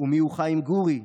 ומי הוא חיים גורי.